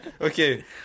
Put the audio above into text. Okay